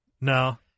No